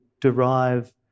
derive